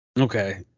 okay